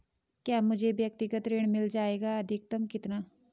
क्या मुझे व्यक्तिगत ऋण मिल जायेगा अधिकतम कितना?